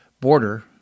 border